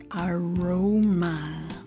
aroma